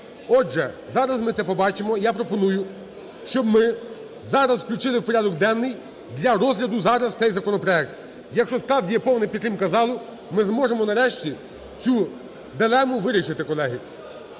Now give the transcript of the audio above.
Отже, зараз ми це побачимо. Я пропоную, щоб ми зараз включили в порядок денний для розгляду зараз цей законопроект. Якщо, справді, є повна підтримка залу, ми зможемо нарешті цю дилему вирішити, колеги.